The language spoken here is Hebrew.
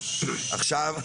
עכשיו,